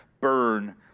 burn